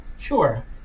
Sure